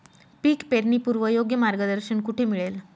पीक पेरणीपूर्व योग्य मार्गदर्शन कुठे मिळेल?